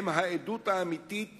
הם העדות האמיתית